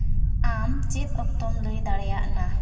ᱟᱢ ᱪᱮᱫ ᱚᱠᱛᱚᱜ ᱞᱟᱹᱭ ᱫᱟᱲᱮᱭᱟᱜ ᱱᱟ